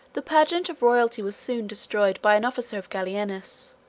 the pageant of royalty was soon destroyed by an officer of gallienus